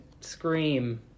scream